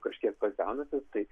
kažkiek pasenusi tai